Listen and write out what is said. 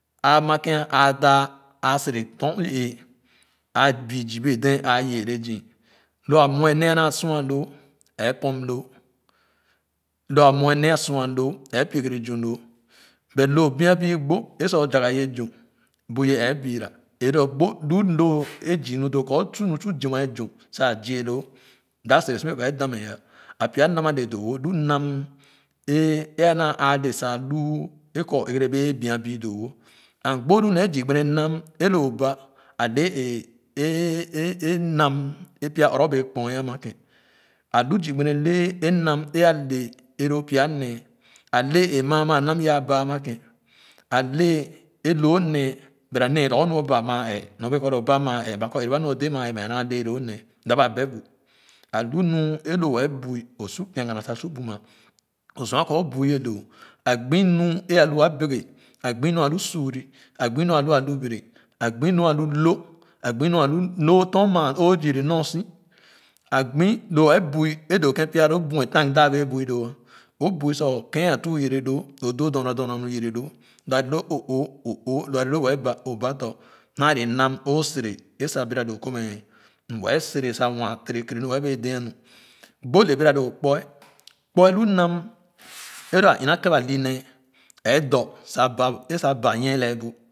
Aa ma kèn ãa dah aã sere tɔr é a bü zii bee dɛɛ a yererɛ zü lo a muɛ nee a naa lo é pum loo lo a muɛ nee a sua loo é pi ɛrɛ zün loo but loo bɛ bü gbo é se o zugah ye zün bu yɛ ɛɛ biira e-lu gbo lu lof a zii nu loo kɔ su nu su zima ye zün sa zi ye loo dap serɛ si kɔ é dam mɛ ah a pya nam a lo doo wo lu nam é e ana aa dee sa nu é kɔ ɛgɛrebee bien bü doo no and gbo lu nee zii gbene nam é lo ba a nam a pya olaro bee kpoem ama ken alu zii gbere le nam é le e-loo pya nee ale ɛɛ maa maa nam yaa ba ma ken a lɛɛ é loo nee but a nee lorgor nu oba maa ɛɛ nyor kɔ lo o ba maa ɛɛ kɔ ɛrɛ ba nu o de maa ɛɛ mɛ a naa lɛɛ loo nee dap a bɛɛ bu ali nu e wɛɛ bui o so kiegana sa su buma o su kɔ o bui ye doo a gbi nu e alu beke a gbi nu alu suu gbi nu alu o tɔn maa o yɛrɛ nɔɔ si a gbi wɛɛ bui e doo ken pya loo buɛ taan daan wɛɛ bui doo o bui sa o keen a tuu yɛrɛ lo oo o oo la a le lo wɛɛ ba o ba tɔ̃ naa le nam o sere é sa bɛra doo kɔ mɛ e mɛ sere sa nwan tere ken nu wɛɛ dɛɛ nu gbo le bɛga doo kpuɛ kpuɛ lu nam é lo ani-na kèn ba ninee ɛɛ dɔ sa ba é sa ba nyie nee le bu.